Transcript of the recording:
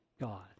God